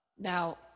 Now